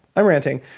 i'm ranting.